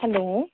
hello